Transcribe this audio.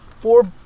four